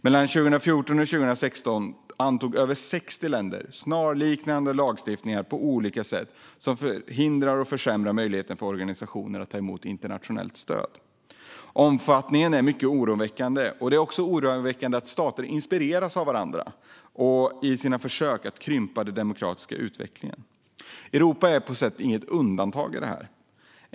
Mellan 2014 och 2016 antog över 60 länder snarlika lagstiftningar som på olika sätt försämrar eller förhindrar organisationers möjligheter att ta emot internationellt stöd. Omfattningen är mycket oroväckande, och det är också oroväckande att stater inspireras av varandra i sina försök att hindra den demokratiska utvecklingen. Europa är inget undantag.